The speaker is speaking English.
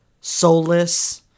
soulless